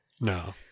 No